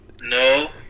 No